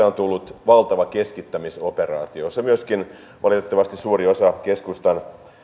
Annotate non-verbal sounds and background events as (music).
(unintelligible) on tullut valtava keskittämisoperaatio jossa myöskin valitettavasti suuri osa keskustan